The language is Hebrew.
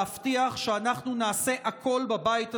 להבטיח שאנחנו נעשה הכול בבית הזה,